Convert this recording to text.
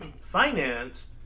finance